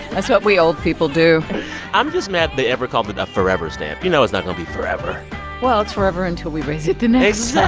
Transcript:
that's what we old people do i'm just mad they ever called it a forever stamp. you know it's not going to be forever well, it's forever until we raise it the next